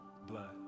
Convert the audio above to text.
Blood